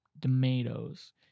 tomatoes